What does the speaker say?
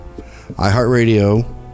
iHeartRadio